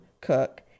Cook